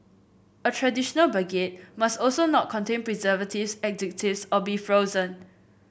a traditional baguette must also not contain preservatives additives or be frozen